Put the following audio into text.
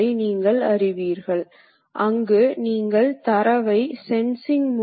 பாகத்தின் வடிவியல் சிக்கலானது என்றால் நீங்கள் ஆபரேட்டர் திறனை நம்ப வேண்டியதில்லை